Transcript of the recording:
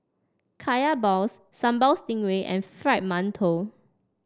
Kaya Balls Sambal Stingray and Fried Mantou